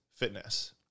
fitness